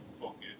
Focus